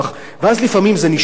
ואז לפעמים זה נשחק.